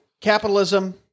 capitalism